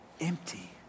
empty